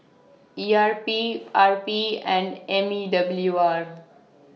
E R P R P and M E W R